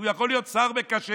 הוא יכול להיות שר מקשר.